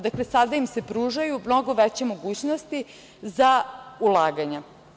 Dakle, sada im se pružaju mnogo veće mogućnosti za ulaganja.